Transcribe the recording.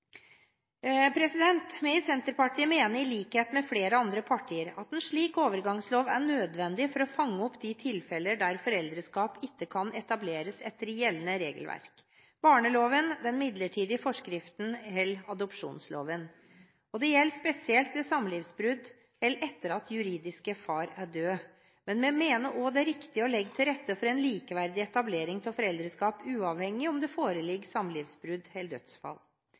Vi i Senterpartiet mener i likhet med flere andre partier at en slik overgangslov er nødvendig for å fange opp de tilfellene der foreldreskap ikke kan etableres etter gjeldende regelverk – barneloven, den midlertidige forskriften eller adopsjonsloven. Det gjelder spesielt ved samlivsbrudd eller etter at juridisk far er død, men vi mener også det er riktig å legge til rette for en likeverdig etablering av foreldreskap uavhengig av om det foreligger samlivsbrudd eller dødsfall.